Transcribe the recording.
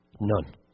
None